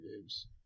games